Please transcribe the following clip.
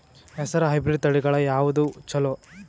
ಹೆಸರ ಹೈಬ್ರಿಡ್ ತಳಿಗಳ ಯಾವದು ಚಲೋ?